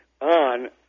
on